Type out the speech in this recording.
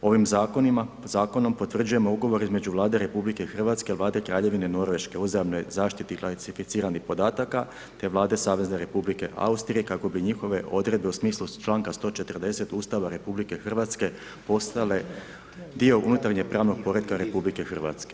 Ovim zakonom potvrđujemo ugovore između Vlade RH i Vlade Kraljevine Norveške o uzajamnoj zaštiti klasificiranih podataka te Vlade Savezne Republike Austrije kako bi njihove odredbe u smislu čl. 140 Ustava RH postale dio unutarnjeg pravnog poretka RH.